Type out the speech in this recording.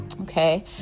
okay